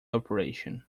operation